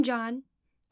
John